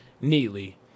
neatly